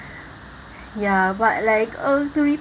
ya but like uh to